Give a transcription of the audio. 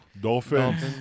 Dolphins